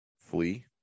flee